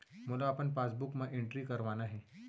मोला अपन पासबुक म एंट्री करवाना हे?